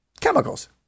chemicals